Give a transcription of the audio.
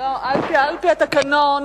על-פי התקנון,